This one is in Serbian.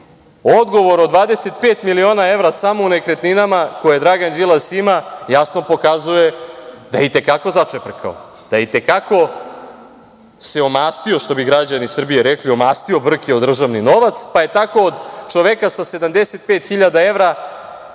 Odgovor od 25 miliona evra samo u nekretninama koje Dragan Đilas ima jasno pokazuje da je i te kako začeprkao, da se i te kako omastio, što bi građani Srbije rekli, omastio brke o državni novac, pa je tako od čoveka sa 75.000 evra